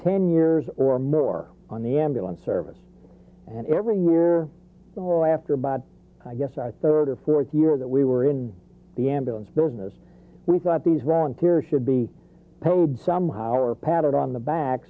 ten years or more on the ambulance service and every year so after about i guess i third or fourth year that we were in the ambulance business we thought these volunteers should be paid somehow or patted on the back